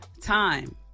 time